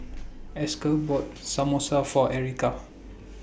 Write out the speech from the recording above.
Esker bought Samosa For Erica